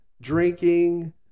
drinking